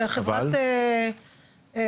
של חברת אריקסון,